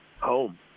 home